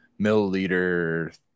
milliliter